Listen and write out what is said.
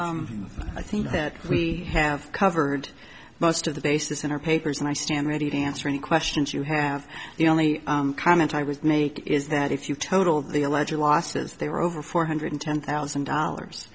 so i think that we have covered most of the bases in our papers and i stand ready to answer any questions you have the only comment i would make is that if you total the election losses they were over four hundred ten thousand dollars